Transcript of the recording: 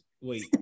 Wait